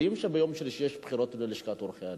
יודעים שביום שלישי יש בחירות בלשכת עורכי-הדין,